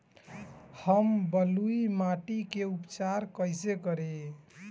हम बलुइ माटी के उपचार कईसे करि?